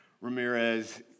Ramirez